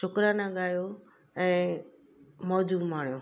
शुक्राना ॻायो ऐं मौज़ू माणियो